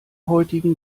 heutigen